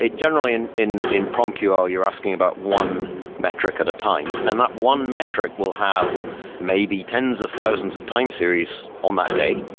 generally, and in in promql, you're asking about one metric at a time, and that one metric will have maybe tens of thousands of time series on that day.